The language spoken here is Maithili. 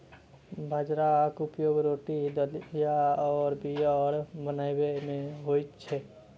बाजराक उपयोग रोटी, दलिया आ बीयर बनाबै मे होइ छै